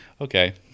Okay